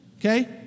okay